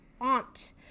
aunt